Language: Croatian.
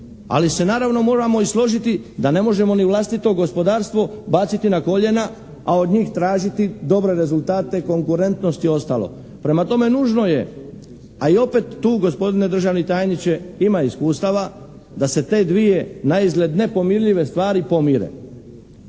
ali se naravno moramo i složiti da ne možemo ni vlastito gospodarstvo baciti na koljena, a od njih tražiti dobre rezultate konkurentnosti i ostalo. Prema tome, nužno je a i opet tu gospodine državni tajniče ima iskustava da se te dvije naizgled nepomirljive stvari pomire,